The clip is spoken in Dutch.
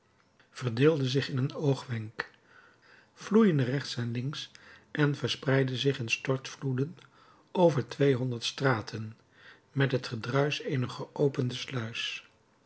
verdeelde zich in een oogwenk vloeide rechts en links en verspreidde zich in stortvloeden over tweehonderd straten met het gedruisch eener geopende sluis